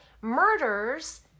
murders